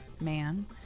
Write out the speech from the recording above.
Man